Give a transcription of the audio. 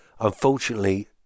Unfortunately